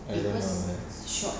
I don't know that